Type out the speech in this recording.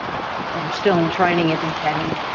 i'm still in training at the academy.